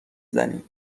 زنی